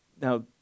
now